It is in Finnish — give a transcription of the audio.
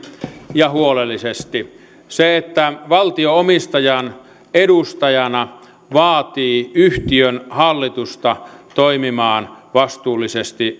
ja huolellisesti se että valtio omistajan edustajana vaatii yhtiön hallitusta toimimaan vastuullisesti